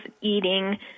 eating